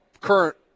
current